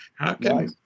Okay